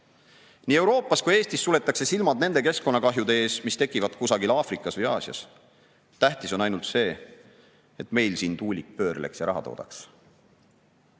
Nii Euroopas kui ka Eestis suletakse silmad nende keskkonnakahjude ees, mis tekivad kusagil Aafrikas või Aasias. Tähtis on ainult see, et meil siin tuulik pöörleks ja raha toodaks. Tulengi